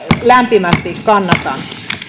lämpimästi kannatan